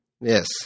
Yes